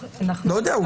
לא יודע,